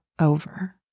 over